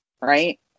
Right